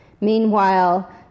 Meanwhile